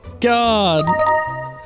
God